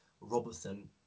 Robertson